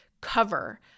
cover